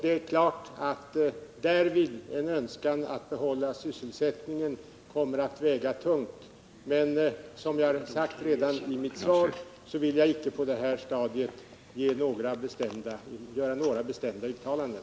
En önskan att behålla sysselsättningen vid SOAB kommer naturligtvis därvid att väga tungt, men som jag sade i mitt svar vill jag inte på det här stadiet göra några bestämda uttalanden.